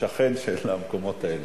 ושכן של המקומות האלה.